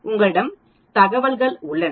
உங்களிடம் தகவல்கள் உள்ளன